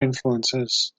influences